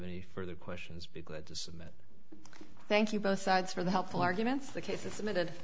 any further questions because to submit thank you both sides for the helpful arguments the case is emitted